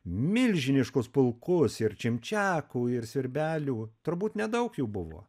milžiniškus pulkus ir čimčiakų ir svirbelių turbūt nedaug jų buvo